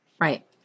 Right